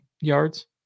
yards